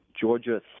Georgia